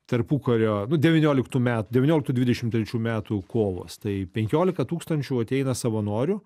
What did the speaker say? tarpukario nu devynioliktų metų devynioliktų dvidešimt trečių metų kovas tai penkiolika tūkstančių ateina savanorių